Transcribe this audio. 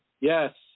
Yes